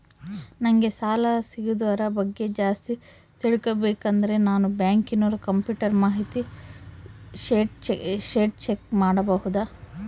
ನಂಗೆ ಸಾಲ ಸಿಗೋದರ ಬಗ್ಗೆ ಜಾಸ್ತಿ ತಿಳಕೋಬೇಕಂದ್ರ ನಾನು ಬ್ಯಾಂಕಿನೋರ ಕಂಪ್ಯೂಟರ್ ಮಾಹಿತಿ ಶೇಟ್ ಚೆಕ್ ಮಾಡಬಹುದಾ?